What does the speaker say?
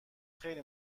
خیلی